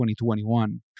2021